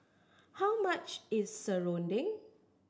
how much is serunding